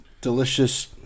delicious